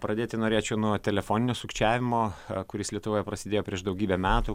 pradėti norėčiau nuo telefoninio sukčiavimo kuris lietuvoje prasidėjo prieš daugybę metų